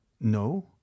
No